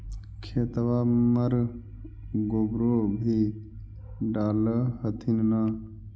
खेतबा मर गोबरो भी डाल होथिन न?